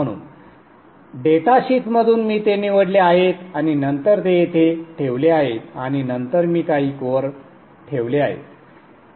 म्हणून डेटाशीटमधून संदर्भ वेळ 1843 मी ते निवडले आहेत आणि नंतर ते येथे ठेवले आहेत आणि नंतर मी काही कोअर ठेवले आहेत